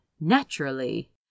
naturally